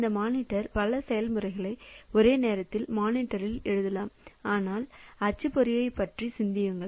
இந்த மானிட்டர் பல செயல்முறைகள் ஒரே நேரத்தில் மானிட்டர்இல் எழுதலாம் ஆனால் அச்சுப்பொறியைப் பற்றி சிந்தியுங்கள்